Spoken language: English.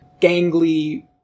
gangly